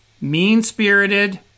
mean-spirited